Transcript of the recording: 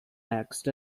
next